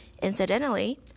Incidentally